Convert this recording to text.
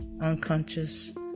unconscious